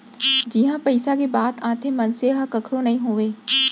जिहाँ पइसा के बात आथे मनसे ह कखरो नइ होवय